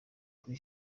kuri